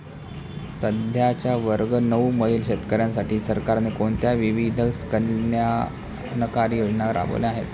सध्याच्या वर्ग नऊ मधील शेतकऱ्यांसाठी सरकारने कोणत्या विविध कल्याणकारी योजना राबवल्या आहेत?